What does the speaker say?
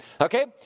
Okay